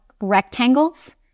rectangles